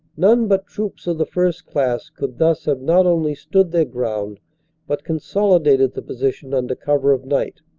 none but troops of the first class could thus have not only stood their ground but consolidated the position under cover of night.